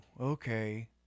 okay